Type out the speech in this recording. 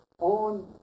On